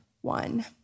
one